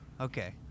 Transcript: Okay